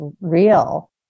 real